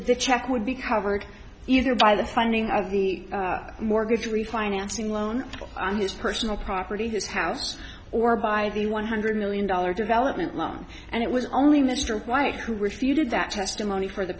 the check would be covered either by the finding of the mortgage refinancing loan on his personal property his house or by a one hundred million dollars development loan and it was only mr white who refuted that testimony for the